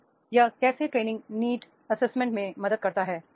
तो यह कैसे ट्रे निंग नीड एसेसमेंट में मदद करता है